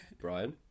Brian